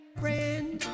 friend